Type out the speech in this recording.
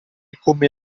come